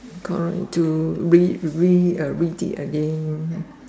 correct to read read it a read it again